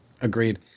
Agreed